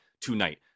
tonight